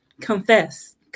Confess